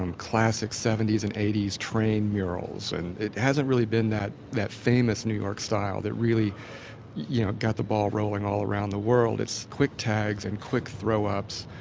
um classic seventy s and eighty s train murals. and it hasn't really been that that famous new york style that really you know got the ball rolling all around the world. it's quick tags and quick throw-ups,